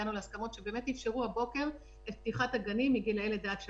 הגענו להסכמות שאפשרו הבוקר את פתיחת הגנים מגילאי לידה עד שלוש.